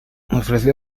ofrecía